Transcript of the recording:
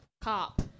cop